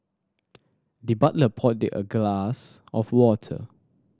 the butler poured the a glass of water